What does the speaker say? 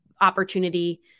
opportunity